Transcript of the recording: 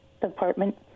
Department